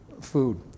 food